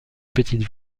petite